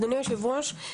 אדוני היושב-ראש,